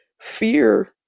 fear